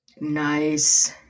Nice